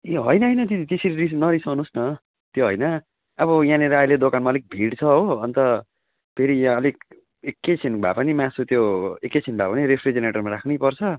ए होइन होइन दिदी त्यसरी रिस नरिसाउनुस् न त्यो होइन अब यहाँनिर अहिले दोकानमा अलिक भिड छ हो अन्त फेरि यहाँ अलिक एकैछिन भएपनि मासु त्यो एकै छिन् भएपनि रेफ्रिजिरेटरमा राख्नै पर्छ